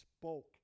spoke